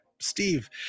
Steve